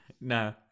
No